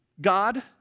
God